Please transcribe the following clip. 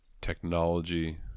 technology